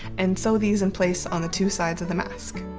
and sew these in place on the two sides of the mask.